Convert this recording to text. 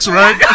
right